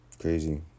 Crazy